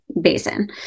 basin